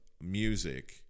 music